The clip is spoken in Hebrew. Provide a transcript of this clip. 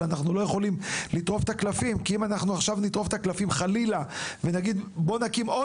אבל אנחנו לא יכולים לטרוף את הקלפים; אם נטרוף את הקלפים ונקים עוד